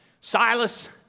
Silas